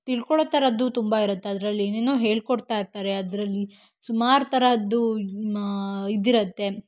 ತಿಳ್ಕೊಳ್ಳೋ ಥರದ್ದು ತುಂಬ ಇರತ್ತೆ ಅದರಲ್ಲಿ ಏನೇನೋ ಹೇಳಿ ಕೊಡ್ತಾ ಇರ್ತಾರೆ ಅದರಲ್ಲಿ ಸುಮಾರು ತರಹದ್ದು ಇದಿರತ್ತೆ